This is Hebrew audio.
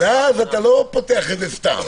ואז אתה לא פותח את זה סתם.